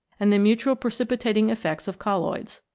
and the mutual precipitating effects of colloids.